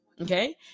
okay